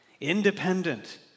independent